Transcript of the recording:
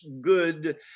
good